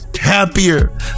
happier